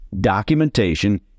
documentation